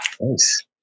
Nice